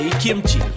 kimchi